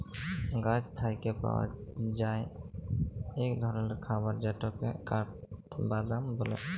গাহাচ থ্যাইকে পাই ইক ধরলের খাবার যেটকে কাঠবাদাম ব্যলে